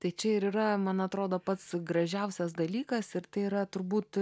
tai čia ir yra man atrodo pats gražiausias dalykas ir tai yra turbūt